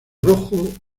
rojo